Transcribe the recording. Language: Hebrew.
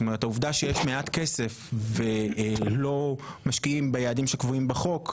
זאת אומרת העובדה שיש מעט כסף ולא משקיעים ביעדים שקבועים בחוק,